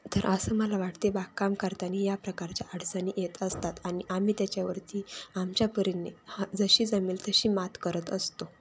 तर असं मला वाटते बागकाम करताना या प्रकारच्या अडचणी येत असतात आणि आम्ही त्याच्यावरती आमच्या परीने हा जशी जमेल तशी मात करत असतो